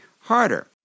harder